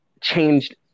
changed